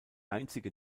einzige